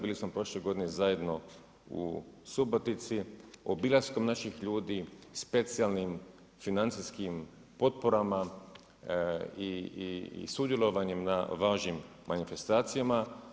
Bili smo prošle godine zajedno u Subotici, obilaskom naših ljudi specijalnim financijskim potporama i sudjelovanjem na važnim manifestacijama.